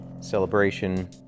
celebration